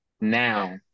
now